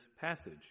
passage